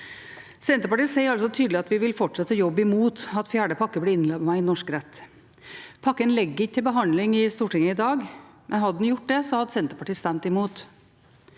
Senterpartiet sier tydelig at vi vil fortsette å jobbe imot at fjerde energimarkedspakke blir innlemmet i norsk rett. Pakken ligger ikke til behandling i Stortinget i dag, men hadde den gjort det, hadde Senterpartiet stemt imot.